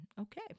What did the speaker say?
Okay